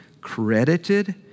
credited